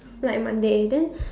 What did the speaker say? like Monday then